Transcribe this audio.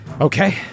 Okay